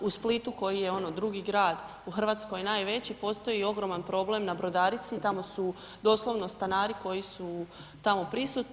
U Splitu koji je, ono, drugi grad u Hrvatskoj najveći, postoji ogroman problem na Brodarici, tamo su doslovno stanari koji su tamo prisutni.